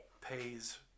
pays